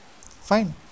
Fine